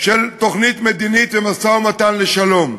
של תוכנית מדינית ומשא-ומתן לשלום.